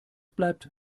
bleibt